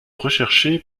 recherché